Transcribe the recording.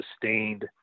sustained